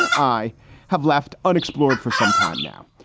and i have left unexplored for some time now.